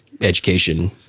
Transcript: education